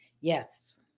Yes